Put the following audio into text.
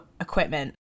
equipment